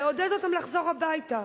לעודד אותם לחזור הביתה.